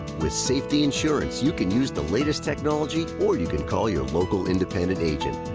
with safety insurance, you can use the latest technology or you can call your local independent agent.